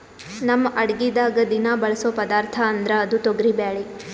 ನಮ್ ಅಡಗಿದಾಗ್ ದಿನಾ ಬಳಸೋ ಪದಾರ್ಥ ಅಂದ್ರ ಅದು ತೊಗರಿಬ್ಯಾಳಿ